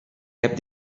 heb